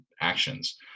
actions